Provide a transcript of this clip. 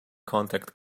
contact